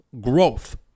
growth